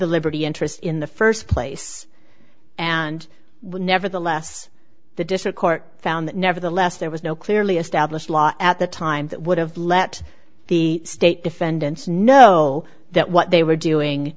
the liberty interest in the first place and would nevertheless the district court found that nevertheless there was no clearly established law at the time that would have let the state defendants know that what they were doing